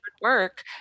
work